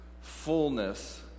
fullness